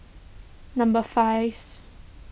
number five